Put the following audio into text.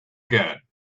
again